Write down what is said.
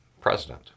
president